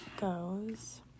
goes